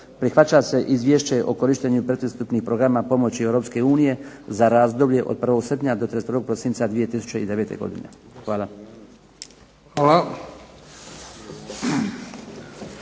Prihvaća se Izvješće o korištenju pretpristupnih programa pomoći Europske unije za razdoblje od 1. srpnja do 31. prosinca 2009. godine. Hvala.